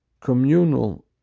communal